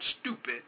stupid